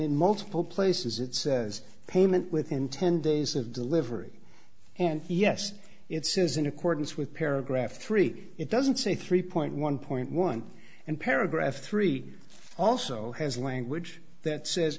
multiple places it says payment within ten days of delivery and yes it says in accordance with paragraph three it doesn't say three one point one and paragraph three also has language that says